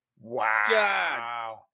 Wow